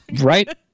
Right